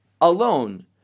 alone